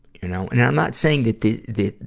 you know. and i'm not saying that the, the,